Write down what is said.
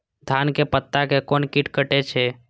धान के पत्ता के कोन कीट कटे छे?